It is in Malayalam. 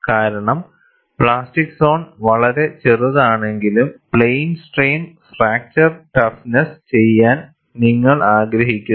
കാരണം പ്ലാസ്റ്റിക് സോൺ വളരെ ചെറുതാണെങ്കിലും പ്ലെയിൻ സ്ട്രെയിൻ ഫ്രാക്ചർ ടഫ്നെസ്സ് ചെയ്യാൻ നിങ്ങൾ ആഗ്രഹിക്കുന്നു